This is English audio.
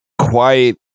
quiet